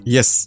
Yes